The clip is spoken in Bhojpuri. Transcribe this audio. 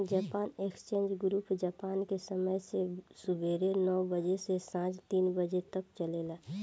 जापान एक्सचेंज ग्रुप जापान के समय से सुबेरे नौ बजे से सांझ तीन बजे तक चलेला